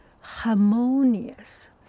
harmonious